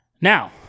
Now